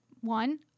one